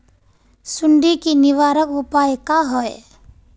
सुंडी के निवारक उपाय का होए?